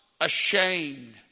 ashamed